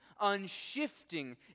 unshifting